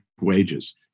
wages